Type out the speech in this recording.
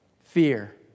Fear